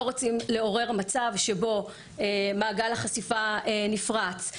רוצים לעורר מצב שבו מעגל החשיפה נפרץ,